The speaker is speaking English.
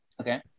Okay